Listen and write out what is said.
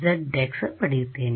sx ಪಡೆಯುತ್ತೇವೆ